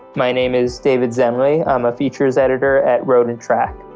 my name is david zenlea. i'm a features editor at road and track